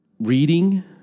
reading